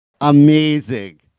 amazing